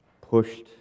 pushed